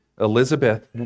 Elizabeth